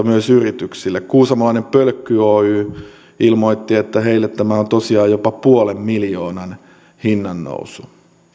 myös yrityksiin kuusamolainen pölkky oy ilmoitti että heille tämä on tosiaan jopa puolen miljoonan hinnannousu